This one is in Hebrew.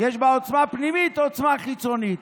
יש בעוצמה הפנימית עוצמה החיצונית.